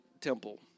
temple